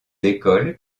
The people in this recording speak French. écoles